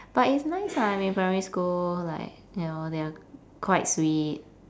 but it's nice lah I mean primary school like ya lor they're quite sweet